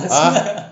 ah